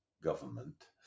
government